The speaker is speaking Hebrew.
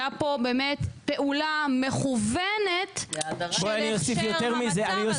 הייתה פה באמת פעולה מכוונת של הכשר המצב הזה.